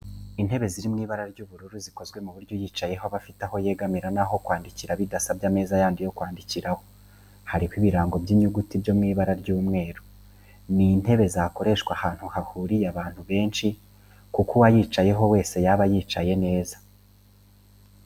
Intebe ziri mu ibara ry'ubururu zikozwe ku buryo uyicayeho aba afite aho yegamira ndetse n'aho kwandikira bidasabye ameza yandi yo kwandikiraho, hariho ibirango by'inyuguti byo mu ibara ry'umweru. Ni intebe zakoreshwa ahantu hahuriye abantu benshi kuko uwayicaraho wese yaba yicaye neza.